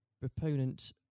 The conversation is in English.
proponent